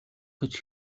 гэж